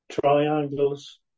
Triangles